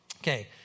Okay